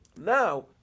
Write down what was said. Now